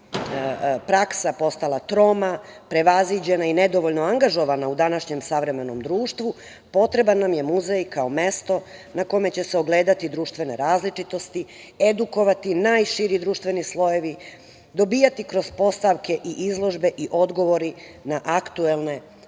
praksa postala troma, prevaziđena i nedovoljno angažovana u današnjem savremenom društvu, potreban nam je muzej kao mesto na kome će se ogledati društvene različitosti, edukovati najširi društveni slojevi, dobijati kroz postavke i izložbe i odgovori na aktuelne